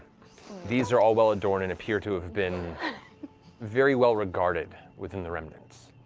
these are ah well-adorned and appear to have been very well-regarded within the remnants.